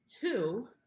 two